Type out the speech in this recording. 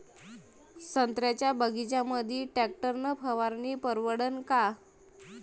संत्र्याच्या बगीच्यामंदी टॅक्टर न फवारनी परवडन का?